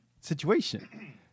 situation